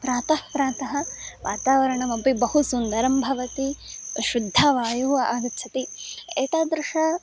प्रातःप्रातः वातावरणमपि बहु सुन्दरं भवति शुद्धवायुः आगच्छति एतादृशः